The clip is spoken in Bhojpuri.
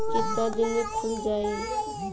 कितना दिन में खुल जाई?